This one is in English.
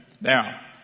Now